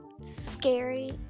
scary